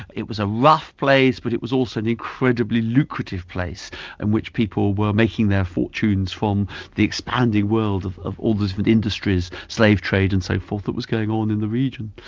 it was a rough place but it was also an incredibly lucrative place in which people were making their fortunes from the expanding world of of all those with industries, slave trade and so forth, that was going on in the region.